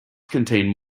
contain